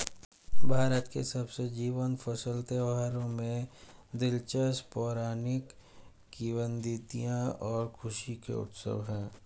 भारत के सबसे जीवंत फसल त्योहारों में दिलचस्प पौराणिक किंवदंतियां और खुशी के उत्सव है